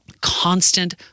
Constant